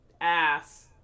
ass